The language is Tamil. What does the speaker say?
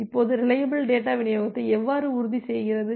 இப்போது ரிலையபில் டேட்டா விநியோகத்தை எவ்வாறு உறுதி செய்கிறது